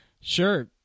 Sure